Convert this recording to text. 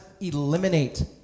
eliminate